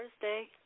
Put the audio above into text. Thursday